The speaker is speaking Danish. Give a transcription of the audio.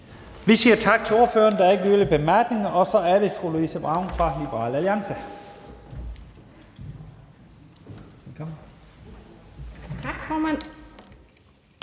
Vi siger tak til ordføreren. Der er ikke flere korte bemærkninger. Så er det fru Louise Brown fra Liberal Alliance.